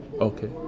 Okay